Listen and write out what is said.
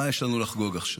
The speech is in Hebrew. מה יש לנו לחגוג עכשיו?